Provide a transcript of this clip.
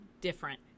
different